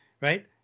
right